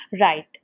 Right